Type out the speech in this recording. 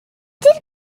gadair